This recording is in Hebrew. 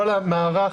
כל המערך,